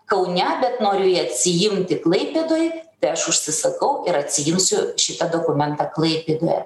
kaune bet noriu jį atsiimti klaipėdoj tai aš užsisakau ir atsiimsiu šitą dokumentą klaipėdoje